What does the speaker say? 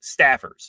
staffers